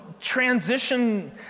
transition